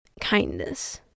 kindness